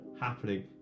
happening